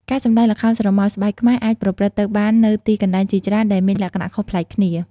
ការសម្តែងល្ខោនស្រមោលស្បែកខ្មែរអាចប្រព្រឹត្តទៅបាននៅទីកន្លែងជាច្រើនដែលមានលក្ខណៈខុសប្លែកគ្នា។